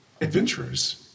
Adventurers